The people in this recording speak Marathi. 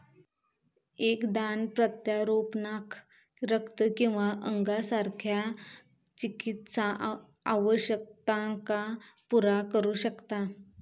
एक दान प्रत्यारोपणाक रक्त किंवा अंगासारख्या चिकित्सा आवश्यकतांका पुरा करू शकता